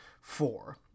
four